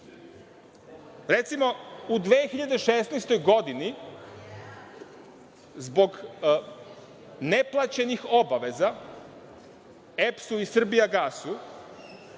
ima. Recimo, u 2016. godini, zbog neplaćenih obaveza EPS-u i „Srbijagasu“,